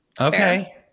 Okay